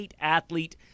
athlete